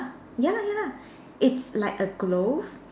ya lah ya lah it's like a glove